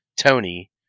Tony